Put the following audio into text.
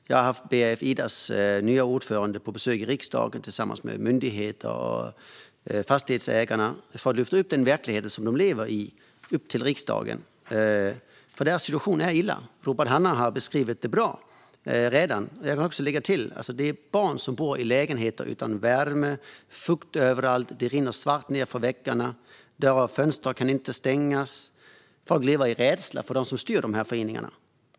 Jag har haft BRF Idas nya ordförande på besök i riksdagen tillsammans med myndigheter och Fastighetsägarna för att till riksdagen lyfta upp den verklighet som de lever i. Deras situation är dålig. Robert Hannah har redan på ett bra sätt beskrivit hur det ser ut. Barn bor i lägenheter utan värme och med fukt överallt. Det rinner svart nedför väggarna. Dörrar och fönster kan inte stängas. Folk lever i rädsla för dem som styr över föreningarna.